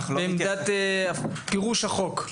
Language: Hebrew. בעמדת פירוש החוק.